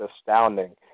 astounding